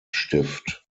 stift